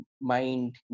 mind